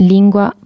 Lingua